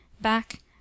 back